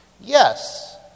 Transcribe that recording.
Yes